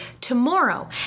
tomorrow